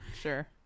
Sure